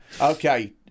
okay